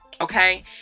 Okay